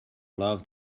loved